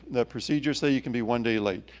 the procedures say you can be one day late.